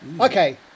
Okay